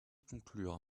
conclure